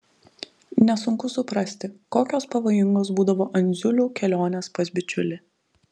nesunku suprasti kokios pavojingos būdavo andziulių kelionės pas bičiulį